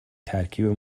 ترکیب